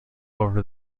over